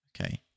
okay